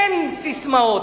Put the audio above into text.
אין ססמאות.